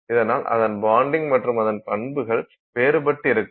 இதனால் அதன் பான்டிங் மற்றும் அதன் பண்புகள் வேறுபட்டிருக்கும்